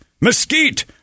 Mesquite